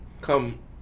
come